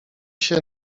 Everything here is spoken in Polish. się